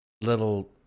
little